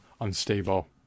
unstable